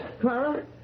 Clara